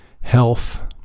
health